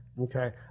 Okay